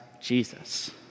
Jesus